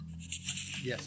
yes